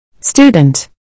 Student